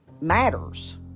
matters